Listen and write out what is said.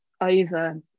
over